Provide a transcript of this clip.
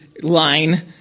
line